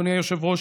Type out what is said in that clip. אדוני היושב-ראש,